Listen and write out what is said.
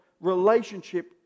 relationship